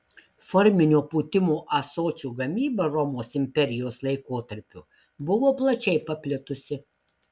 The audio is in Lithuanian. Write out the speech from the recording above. forminio pūtimo ąsočių gamyba romos imperijos laikotarpiu buvo plačiai paplitusi